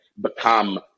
become